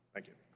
thank you.